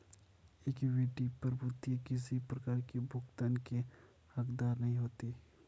equity प्रभूतियाँ किसी प्रकार की भुगतान की हकदार नहीं होती